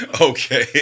okay